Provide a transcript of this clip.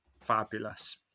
fabulous